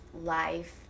life